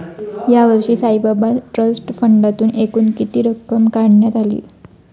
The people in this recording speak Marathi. यावर्षी साईबाबा ट्रस्ट फंडातून एकूण किती रक्कम काढण्यात आली?